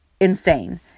insane